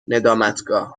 ندامتگاه